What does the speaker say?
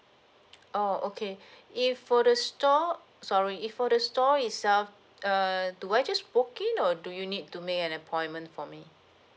oh okay if for the store sorry if for the store itself err do I just walk in or do you need to make an appointment for me